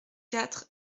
quatre